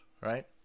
right